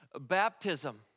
baptism